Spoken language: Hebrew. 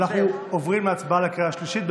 אנחנו עוברים להצבעה בקריאה השלישית.